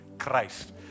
Christ